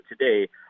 today